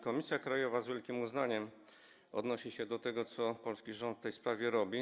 Komisja Krajowa z wielkim uznaniem odnosi się do tego, co polski rząd w tej sprawie robi.